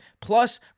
Plus